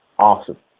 awesome.